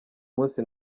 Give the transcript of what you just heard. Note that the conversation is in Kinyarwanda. munsi